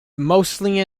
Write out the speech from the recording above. mostly